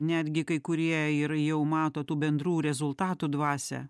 netgi kai kurie ir jau mato tų bendrų rezultatų dvasią